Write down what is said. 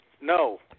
No